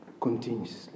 continuously